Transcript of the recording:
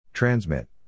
Transmit